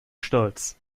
stolz